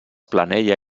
planella